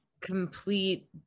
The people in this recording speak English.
complete